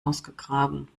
ausgegraben